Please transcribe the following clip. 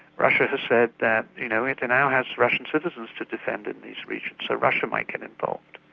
russia has said that you know it and now has russian citizens to defend in these regions, so russia might get involved.